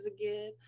again